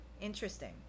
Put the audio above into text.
interesting